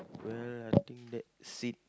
well I think that's it